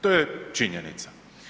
To je činjenica.